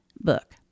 book